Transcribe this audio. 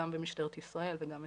גם במשטרת ישראל וגם אצלנו,